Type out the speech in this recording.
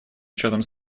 учетом